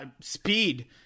speed